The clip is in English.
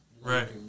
Right